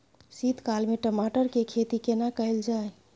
शीत काल में टमाटर के खेती केना कैल जाय?